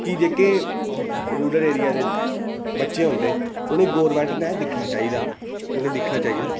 कि जेह्के rural area दे बच्चे होंदे उ'नें गी गवर्नमेंट ने दिक्खना चाहिदा उ'नें गी दिक्खना चाहिदा